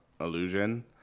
illusion